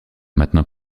maintenant